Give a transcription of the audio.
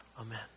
Amen